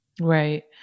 right